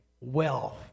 wealth